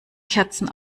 kerzen